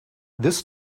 this